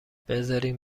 بزارین